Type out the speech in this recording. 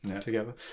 together